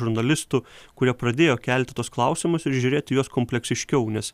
žurnalistų kurie pradėjo kelti tuos klausimus ir žiūrėt į juos kompleksiškiau nes